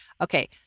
okay